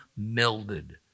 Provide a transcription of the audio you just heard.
melded